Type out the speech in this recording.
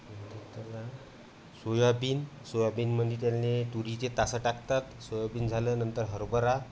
soybean सोयाबीनमध्ये त्यांनी तुरीचे तासं टाकतात सोयाबीन झाल्यानंतर हरभरा